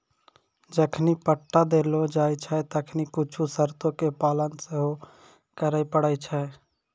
जखनि पट्टा देलो जाय छै तखनि कुछु शर्तो के पालन सेहो करै पड़ै छै